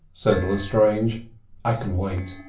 said lestrange i can wait.